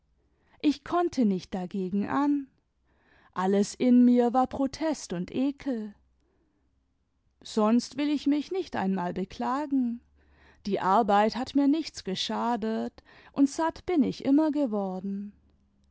ich konnte nicht dagegen an alles in mir war protest und ekel sonst will ich mich nicht einmal beklagen die arbeit hat mir nichts geschadet und satt bin ich inmier geworden